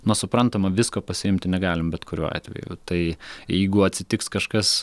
na suprantama visko pasiimti negalim bet kuriuo atveju tai jeigu atsitiks kažkas